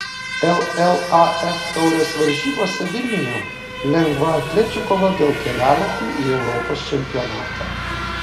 llaf taurės varžybose vilniuje lengvaatlečių kova dėl kelialapių į europos čempionatą